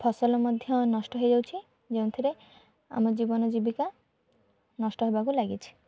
ଫସଲ ମଧ୍ୟ ନଷ୍ଟ ହୋଇଯାଉଛି ଯେଉଁଥିରେ ଆମ ଜୀବନ ଜୀବିକା ନଷ୍ଟ ହେବାକୁ ଲାଗିଛି